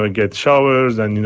and get showers, and you know,